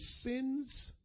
sins